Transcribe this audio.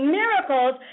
miracles